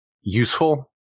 useful